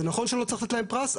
זה נכון שלא צריך לתת להם פרס,